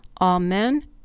Amen